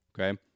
okay